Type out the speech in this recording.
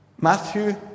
Matthew